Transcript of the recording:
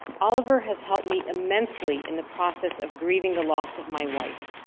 oliver has helped me immensely in the process of grieving the loss of my wife.